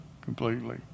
completely